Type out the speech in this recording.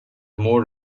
more